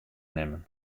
nimmen